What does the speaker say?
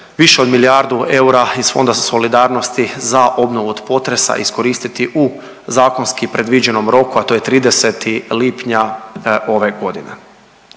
više od milijardu eura iz Fonda solidarnosti za obnovu od potresa iskoristiti u zakonski predviđenom roku, a to je 30. lipnja ove godine.